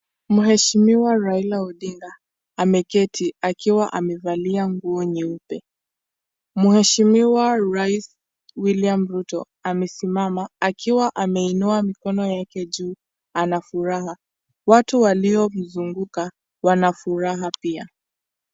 Mheshimiwa Raila Odinga ameketi akiwa amevalia nguo nyeupe, mheshimiwa rais William Ruto amesimama akiwa ameinuwa mikono yake juu ana furaha watu waliomzunguka wanafuraha pia.